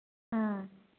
ꯎꯝ